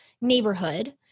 neighborhood